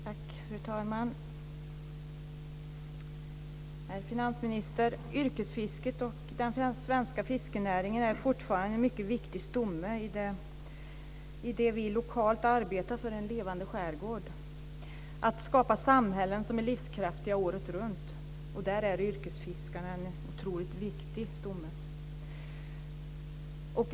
Fru talman! Herr finansminister! Yrkesfisket och den svenska fiskenäringen är fortfarande en mycket viktig stomme i det vi lokalt arbetar för, en levande skärgård. Det handlar om att skapa samhällen som är livskraftiga året runt. Där är yrkesfiskarna en otroligt viktig stomme.